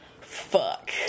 fuck